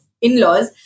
in-laws